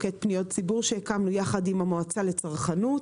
ציבור יחד עם המועצה לצרכנות.